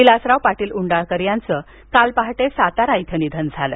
विलासराव पाटील उंडाळकर यांचं काल पहाटे सातारा इथं निधन झालं